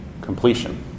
completion